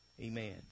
Amen